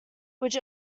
which